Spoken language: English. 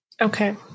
Okay